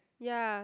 ya